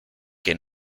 que